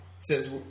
says